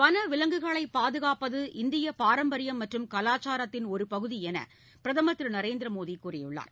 வனவிலங்குகளை பாதுகாப்பது இந்திய பாரம்பரியம் மற்றும் கலாச்சாரத்தின் ஒரு பகுதி என பிரதமர் திரு நரேந்திர மோடி கூறியுள்ளார்